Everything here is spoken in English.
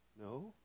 No